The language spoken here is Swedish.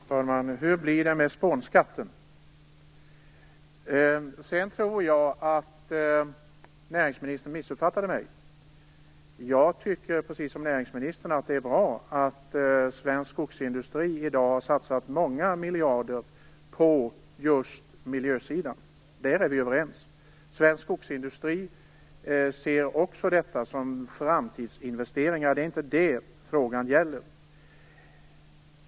Fru talman! Hur blir det med spånskatten? Jag tror att näringsministern missuppfattade mig. Jag tycker, precis som näringsministern, att det är bra att svensk skogsindustri i dag har satsat många miljarder på just miljösidan. Där är vi överens. Svensk skogsindustri ser också detta som framtidsinvesteringar. Det är inte det frågan gäller.